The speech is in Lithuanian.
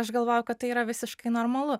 aš galvojau kad tai yra visiškai normalu